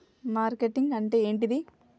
Marketing అంటే ఏంటిది?